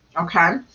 okay